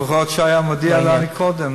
לפחות היה מודיע לי קודם,